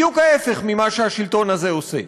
בדיוק ההפך ממה שהשלטון הזה עושה,